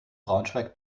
braunschweig